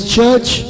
Church